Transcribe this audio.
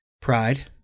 pride